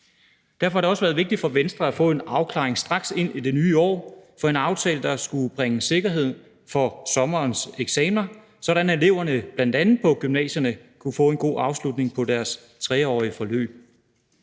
Derfor har det også været vigtigt for Venstre at få en afklaring straks inde i det nye år, at få en aftale, der skulle bringe sikkerhed for sommerens eksaminer, sådan at eleverne bl.a. på gymnasierne kunne få en god afslutning på deres 3-årige forløb.